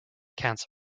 cancer